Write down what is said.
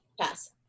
pass